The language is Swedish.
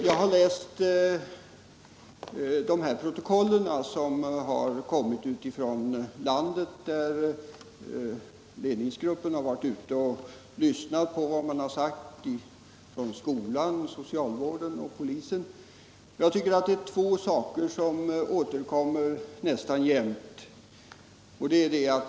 Jag har läst protokollen som kommit från de platser i landet där ledningsgruppen har varit ute och lyssnat på vad man sagt från skolan, socialvården och polisen. Det är två saker som återkommer nästan jämt.